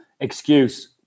excuse